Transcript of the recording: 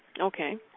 Okay